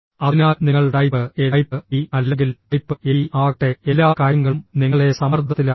അതിനാൽ നിങ്ങൾ type A type B അല്ലെങ്കിൽ ടൈപ്പ് എബി ആകട്ടെ എല്ലാ കാര്യങ്ങളും നിങ്ങളെ സമ്മർദ്ദത്തിലാക്കും